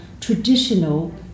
traditional